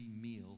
meal